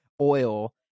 oil